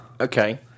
Okay